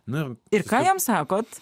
na ir ką jam sakot